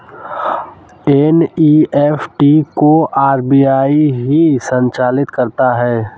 NEFT को RBI ही संचालित करता है